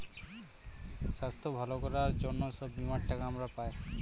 স্বাস্থ্য ভালো করার জন্য সব বীমার টাকা আমরা পায়